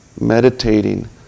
meditating